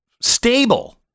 stable